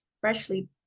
freshly